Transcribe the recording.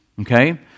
okay